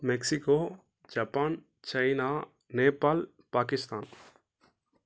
Mexico Japan China Nepal Pakistan